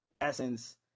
essence